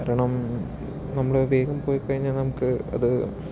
കാരണം നമ്മൾ വേഗം പോയി കഴിഞ്ഞാൽ നമുക്ക് അത്